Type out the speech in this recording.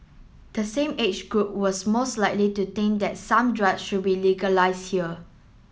the same age group was most likely to think that some drugs should be legalised here